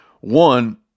One